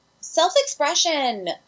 self-expression